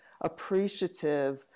appreciative